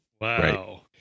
Wow